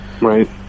Right